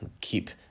keep